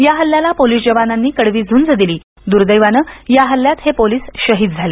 या हल्ल्याला पोलीस जवानांनी कडवी झूंज दिली दुर्देवानं या हल्ल्यात हे पोलीस शहीद झाले